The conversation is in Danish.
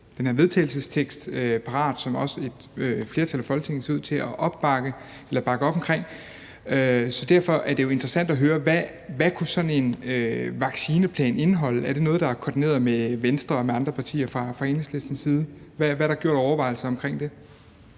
den her vedtagelsestekst parat, som et flertal i Folketinget også ser ud til at bakke op om, så derfor er det jo interessant at høre, hvad sådan en vaccineplan kunne indeholde. Er det noget, der er koordineret med Venstre og andre partier fra Enhedslistens side? Hvad er der gjort af overvejelser om det?